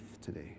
today